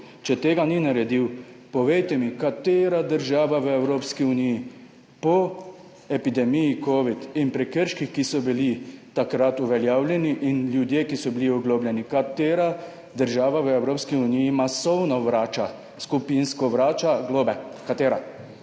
Če tega ni naredil, povejte mi, katera država v Evropski uniji po epidemiji covida in prekrških, ki so bili takrat uveljavljeni, in ljudje, ki so bili oglobljeni, katera država v Evropski uniji masovno vrača, skupinsko vrača globe. Katera?